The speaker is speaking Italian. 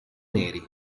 neri